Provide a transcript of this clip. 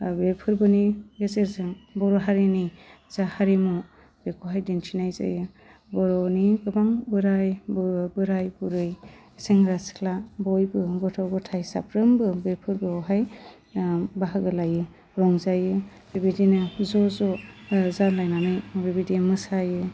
आरो बे फोगबोनि गेजेरजों बर' हारिनि जा हारिमु बेखौहाय दिन्थिनाय जायो बर'नि गोबां बोराय बर' बोराय बुरै सेंग्रा सिख्ला बयबो गथ' गथाइ साफ्रोबो बेखौ बेवहाय ओह बाहागो लायो रंजायो बेबायदिनो ज' ज' जालायनानै बेबायदि मोसायो